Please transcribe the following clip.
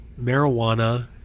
marijuana